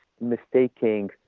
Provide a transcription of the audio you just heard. mistaking